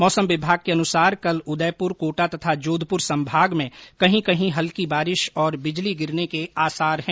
मौसम विभाग के अनुसार कल उदयपुर कोटा तथा जोधपुर संभाग में कहीं कहीं हल्की बारिश और बिजली गिरने के आसार हैं